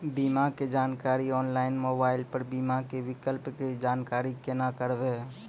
बीमा के जानकारी ऑनलाइन मोबाइल पर बीमा के विकल्प के जानकारी केना करभै?